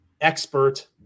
expert